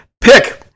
Pick